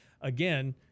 again